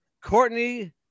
Courtney